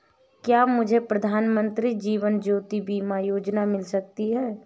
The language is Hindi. क्या मुझे प्रधानमंत्री जीवन ज्योति बीमा योजना मिल सकती है?